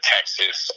Texas